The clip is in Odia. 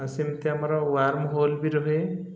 ଆଉ ସେମିତି ଆମର ୱାର୍ମହୋଲ୍ ବି ରୁହେ